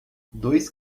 dois